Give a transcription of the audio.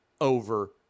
over